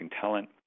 talent